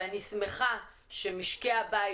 ואני שמח שמשקי הבית,